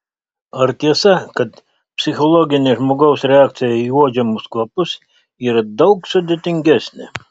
ar tiesa kad psichologinė žmogaus reakcija į uodžiamus kvapus yra daug sudėtingesnė